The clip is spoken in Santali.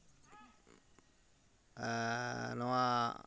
ᱱᱚᱣᱟ